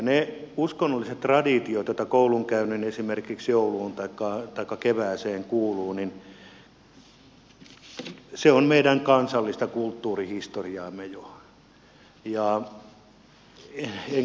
ne uskonnolliset traditiot joita koulunkäynnissä esimerkiksi jouluun taikka kevääseen kuuluu ovat meidän kansallista kulttuurihistoriaamme jo